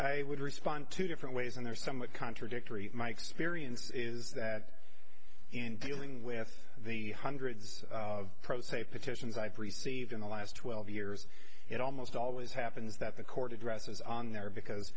i would respond to different ways and they're somewhat contradictory my experience is that in dealing with the hundreds of pro se petitions i've received in the last twelve years it almost always happens that the court addresses on there because